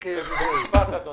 משפט, אדוני.